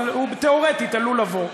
אבל הוא תיאורטית עלול לבוא,